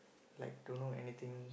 like don't know anything